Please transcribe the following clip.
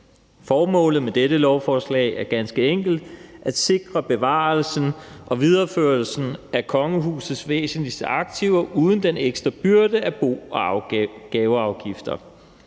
Formålet med dette lovforslag er ganske enkelt at sikre bevarelsen og videreførelsen af kongehusets væsentligste aktiver uden den ekstra byrde af bo- og gaveafgifter.